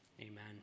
Amen